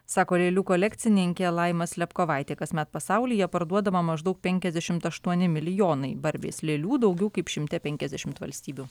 sako lėlių kolekcininkė laima slepkovaitė kasmet pasaulyje parduodama maždaug penkiasdešimt aštuoni milijonai barbės lėlių daugiau kaip šimte penkiasdešimt valstybių